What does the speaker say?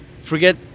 Forget